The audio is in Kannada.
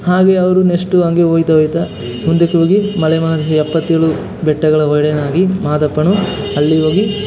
ಹಾಗೇ ಅವರು ನೆಕ್ಸ್ಟು ಹಂಗೆ ಹೋಯ್ತಾ ಹೋಯ್ತಾ ಮುಂದಕ್ಕೋಗಿ ಮಲೆ ಮಹದೇಶ್ವರ ಎಪ್ಪತ್ತೇಳು ಬೆಟ್ಟಗಳ ಒಡೆಯನಾಗಿ ಮಾದಪ್ಪನು ಅಲ್ಲಿ ಹೋಗಿ